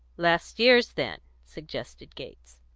last year's, then, suggested gates.